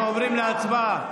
אנחנו עוברים להצבעה.